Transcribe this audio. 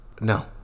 No